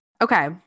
Okay